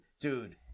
dude